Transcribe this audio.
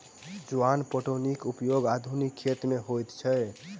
चुआन पटौनीक उपयोग आधुनिक खेत मे होइत अछि